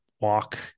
walk